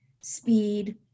speed